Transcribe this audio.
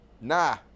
nah